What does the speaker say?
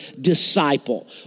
disciple